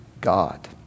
God